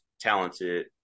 talented